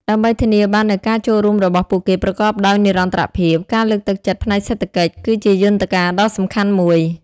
ដើម្បីធានាបាននូវការចូលរួមរបស់ពួកគេ ប្រកបដោយនិរន្តរភាព ការលើកទឹកចិត្តផ្នែកសេដ្ឋកិច្ច គឺជាយន្តការដ៏សំខាន់មួយ។